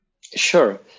Sure